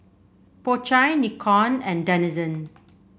Po Chai Nikon and Denizen